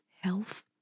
health